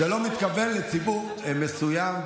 זה לא מתכוון לציבור מסוים,